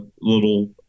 little